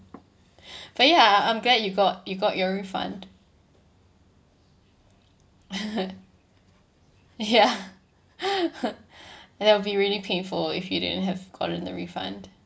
but ya I I'm glad you got you got your refund ya and that would be really painful if you didn't have gotten the refund